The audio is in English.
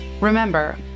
Remember